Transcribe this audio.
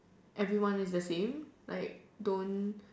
everyone is the same like don't